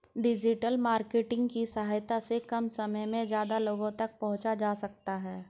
digital marketing की सहायता से कम समय में ज्यादा लोगो तक पंहुचा जा सकता है